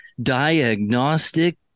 Diagnostic